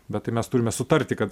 bet tai mes turime sutarti kad